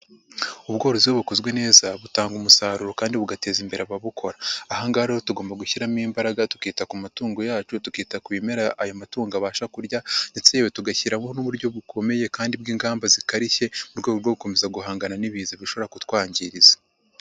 Ubworozi iyo bukozwe neza butanga umusaruro kandi bugateza imbere ababukora. Aha ngaha rero tugomba gushyiramo imbaraga tukita ku matungo yacu, tukita ku bimera ayo matungo abasha kurya ndetse yewe tugashyiraho n'uburyo bukomeye kandi bw'ingamba zikarishye mu rwego rwo gukomeza guhangana n'ibiza bishobora kutwangiriza.